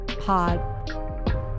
Pod